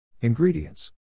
Ingredients